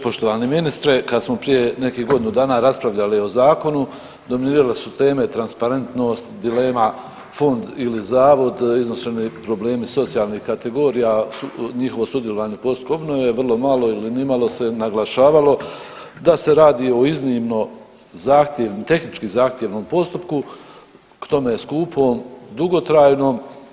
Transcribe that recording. Poštovani ministre kad smo prije nekih godinu dana raspravljali o zakonu dominirale su teme transparentnost, dilema fond ili zavod, iznošeni problemi socijalnih kategorija, njihovo sudjelovanje u postupku obnove, vrlo malo ili nimalo se naglašavalo da se radu i iznimno zahtjevnom, tehnički zahtjevnom postupku k tome skupom, dugotrajnom.